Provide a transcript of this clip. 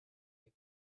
camp